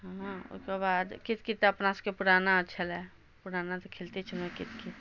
हँ ओइके बाद कित कित तऽ अपना सबके पुराना छलै पुराना तऽ खेलते छलहुँ कित कित